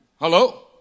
Hello